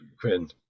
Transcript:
quinn